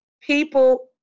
people